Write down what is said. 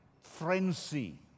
frenzy